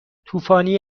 طوفانی